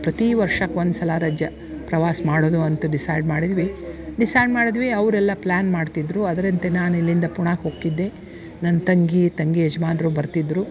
ಪ್ರತಿ ವರ್ಷಕ್ಕೆ ಒಂದು ಸಲ ರಜ ಪ್ರವಾಸ ಮಾಡೋದು ಅಂತ ಡಿಸೈಡ್ ಮಾಡಿದ್ವಿ ಡಿಸೈಡ್ ಮಾಡಿದ್ವಿ ಅವರೆಲ್ಲಾ ಪ್ಲ್ಯಾನ್ ಮಾಡ್ತಿದ್ದರು ಅದರಂತೆ ನಾನು ಇಲ್ಲಿಂದ ಪುಣಾಕೆ ಹೊಕ್ತಿದ್ದೆ ನನ್ನ ತಂಗಿ ತಂಗಿ ಯಜ್ಮಾನರು ಬರ್ತಿದ್ದರು